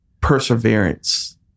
perseverance